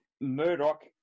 Murdoch